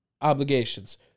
obligations